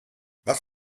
was